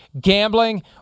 Gambling